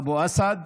אבו אסעד,